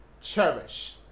cherish